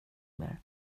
mer